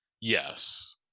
yes